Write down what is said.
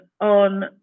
on